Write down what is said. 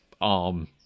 arm